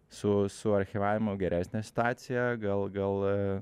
su su archyvavimu geresnė situacija gal gal